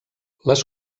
les